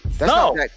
no